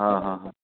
હ હ